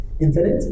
infinite